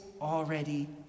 already